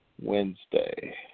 Wednesday